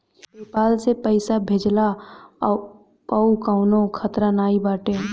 PayPal से पईसा भेजला पअ कवनो खतरा नाइ बाटे